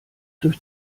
durch